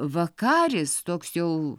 vakaris toks jau